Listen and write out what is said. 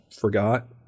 forgot